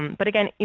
but again,